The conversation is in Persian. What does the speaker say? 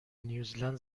نیوزلند